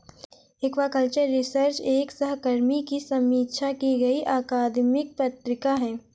aquaculture research एक सहकर्मी की समीक्षा की गई अकादमिक पत्रिका है